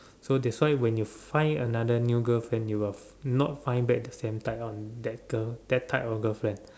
so that's why when you find another new girlfriend you will not find back the same type on that girl that type of girlfriend